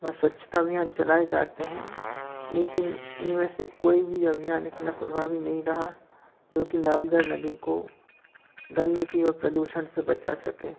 व स्वच्छता अभियान चलाए जाते हैं लेकिन इनमें से कोई वी अभियान इतना प्रभावी नहीं रहा जोकि नर्मदा नदी को गंदगी और प्रदूषण से बचा सके